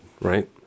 right